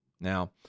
Now